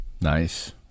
Nice